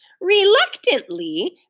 Reluctantly